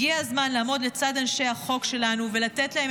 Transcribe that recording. הגיע הזמן לעמוד לצד אנשי החוק שלנו ולתת להם